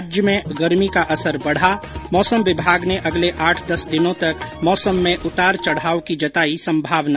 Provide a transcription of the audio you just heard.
राज्य में गर्मी का असर बढ़ा मौसम विभाग ने अगले आठ दस दिनों तक मौसम में उतार चढ़ाव की जताई संभावना